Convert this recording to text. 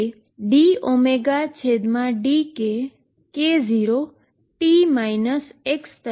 અને તેથી તે હવે 0 ના dωdkk0t x